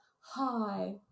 hi